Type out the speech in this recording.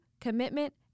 commitment